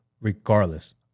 regardless